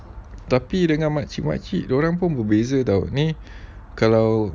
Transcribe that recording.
tapi dengan makcik makcik dia orang pun berbeza [tau] ini kalau